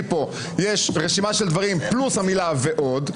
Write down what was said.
פה יש רשימה של דברים פלוס המילה "ועוד".